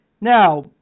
now